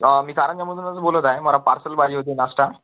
मी कारंजामधूनच बोलत आहे मला पार्सल पाहिजे होते नाश्ता